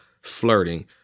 Flirting